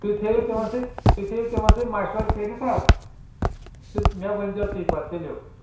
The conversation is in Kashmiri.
تُہی تھٲیو تِمن سۭتۍ تُہی تھٲیو تِمن سۭتۍ مشوَرٕ کٔرتھ حظ تہٕ مے ؤنۍ زیو تُہی پَتہٕ تُلِو